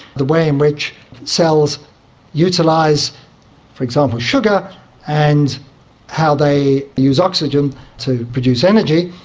the way in which cells utilise for example sugar and how they use oxygen to produce energy.